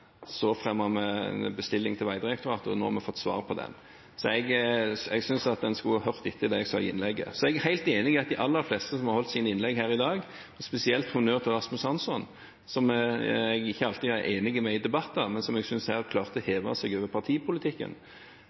Så hadde vi en bestilling til Vegdirektoratet, og nå har vi fått svar på den. Så jeg synes en burde hørt etter på det jeg sa i innlegget. Jeg er helt enig i at de aller fleste som har holdt innlegg her i dag – spesielt honnør til Rasmus Hansson, som jeg ikke alltid er enig med i debatter, men som jeg synes her klarte å heve seg over partipolitikken